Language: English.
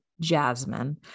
jasmine